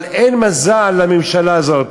אבל אין מזל לממשלה הזאת.